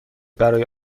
برای